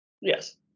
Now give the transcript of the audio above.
Yes